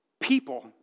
People